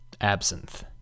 absinthe